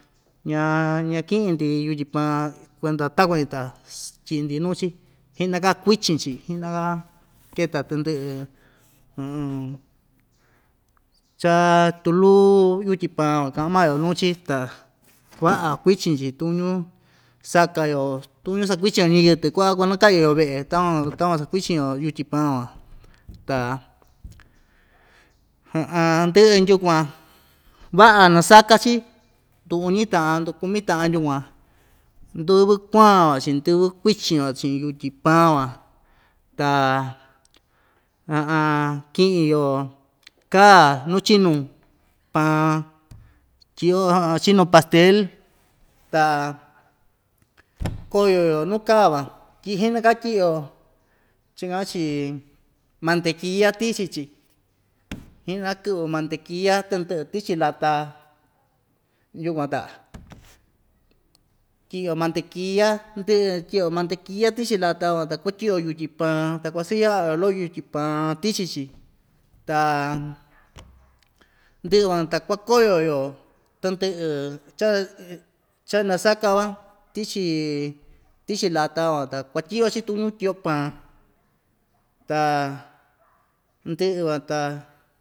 Ña ña kiꞌin‑ndi yutyi paan kuenda takuan‑ñi ta s tyiꞌi‑ndi nuu‑chi hinaka kuichin‑chi hinaka keta tɨndɨꞌɨ cha tuluu yutyi paan van kaꞌan maa‑yo nuu‑chi ta vaꞌa kuichin‑chi tukuñu saka yo tukuñu sakuichin‑yo ñiyɨtɨ kuaꞌa kuanakaꞌyiyo veꞌe takuan takuan sakuichin‑yo yutyi paan van ta ndɨꞌɨ nyukuan vaꞌa nasaka‑chi ndu uñi taꞌan ndu kumi taꞌan yukuan ndɨvɨ kuan van chiꞌin ndɨvɨ kuichin van chiꞌin yutyi paan van ta kiꞌi‑yo kaa nuu chinu paan tyiꞌyo chiñu pastel ta koyo‑yo nuu kaa van tyiꞌi hinaka tyiꞌi‑yo chakaꞌan‑chi mantequilla tichi‑chi hinaka kɨꞌvɨ mantequilla tɨndɨꞌɨ tichi lata yukuan ta tyiꞌyo mantequilla ndɨꞌɨ tyiꞌyo mantequilla tichi lata van ta kutyiꞌi‑yo yutyi paan ta kuasɨyaꞌa‑yo loꞌo yutyi paan tichi‑chi ta ndɨꞌɨ van ta kuakoyo‑yo tɨndɨꞌɨ cha cha inasaka van tichi tichi lata van ta kuatyiꞌiyo‑chi tukuñu tyiꞌyo paa ta ndɨꞌɨ van ta.